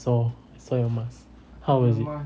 I saw I saw your masks how was it